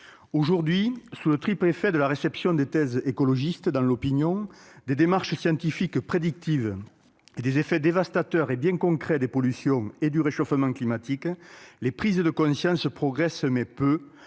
Aujourd'hui, sous le triple effet de la réception des thèses écologistes dans l'opinion, des démarches scientifiques prédictives et des effets dévastateurs et bien concrets des pollutions et du réchauffement climatique, les prises de conscience progressent. Mais,